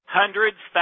hundreds